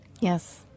Yes